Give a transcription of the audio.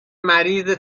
مریض